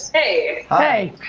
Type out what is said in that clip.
hey! hey.